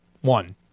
one